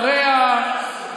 איך אתה גורם, בוא, בוא.